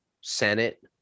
Senate